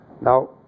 Now